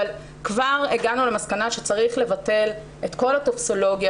אבל כבר הגענו למסקנה שצריך לבטל את כל הטופסולוגיה